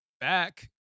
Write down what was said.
back